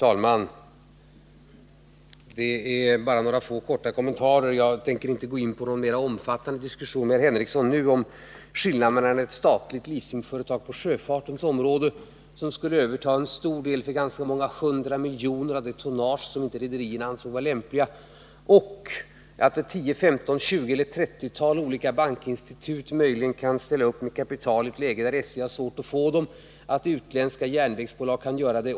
Fru talman! Jag tänker inte ta upp någon mer omfattande diskussion med Sven Henricsson om skillnaden mellan att ett statligt leasingföretag på sjöfartens område skulle överta en stor del, kanske många hundra miljoner, av det tonnage som rederierna inte ansåg lämpligt och att 10, 20 eller 30 olika bankinstitut möjligen kan ställa upp med kapital i ett läge där SJ har svårt att skaffa det.